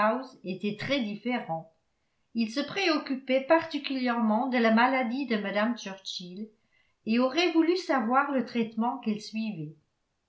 étaient très différents il se préoccupait particulièrement de la maladie de mme churchill et aurait voulu savoir le traitement qu'elle suivait